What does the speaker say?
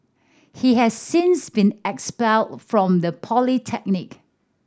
he has since been expelled from the polytechnic